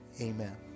Amen